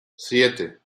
siete